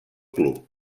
club